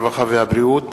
הרווחה והבריאות